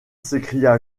s’écria